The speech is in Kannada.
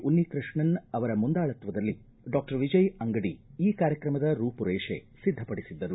ಉನ್ನಿಕೃಷ್ಣನ್ ಅವರ ಮುಂದಾಳತ್ವದಲ್ಲಿ ಡಾಕ್ಟರ್ ವಿಜಯ್ ಅಂಗಡಿ ಈ ಕಾರ್ಯಕ್ರಮದ ರೂಪುರೇಷ ಸಿದ್ದವಡಿಸಿದ್ದರು